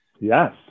yes